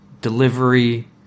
delivery